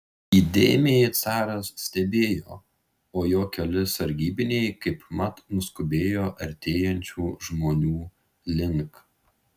įdėmiai caras stebėjo o jo keli sargybiniai kaipmat nuskubėjo artėjančių žmonių link